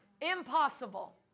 Impossible